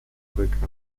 bekannt